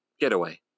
Getaway